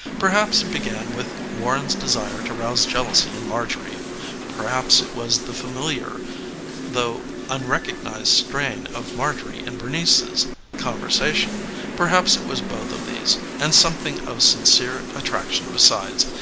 perhaps it began with warren's desire to rouse jealousy in marjorie perhaps it was the familiar though unrecognized strain of marjorie in bernice's conversation perhaps it was both of these and something of sincere attraction besides.